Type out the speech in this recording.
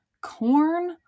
corn